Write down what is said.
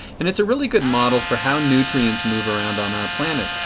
and it is a really good model for how nutrients move around on our planet.